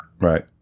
Right